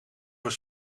voor